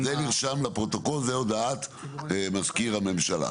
זה נרשם לפרוטוקול, זה הודעת מזכיר הממשלה.